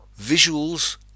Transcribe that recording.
visuals